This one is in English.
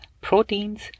proteins